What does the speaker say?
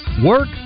WORK